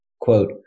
quote